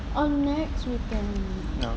oh next weekend